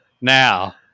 now